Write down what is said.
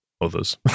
others